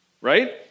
right